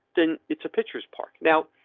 then it's a pitchers park now.